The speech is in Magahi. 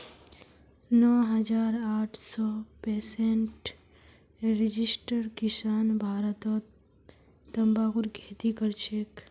नौ हजार आठ सौ पैंसठ रजिस्टर्ड किसान भारतत तंबाकूर खेती करछेक